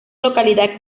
localidad